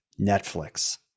Netflix